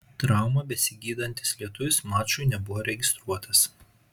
traumą besigydantis lietuvis mačui nebuvo registruotas